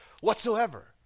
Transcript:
whatsoever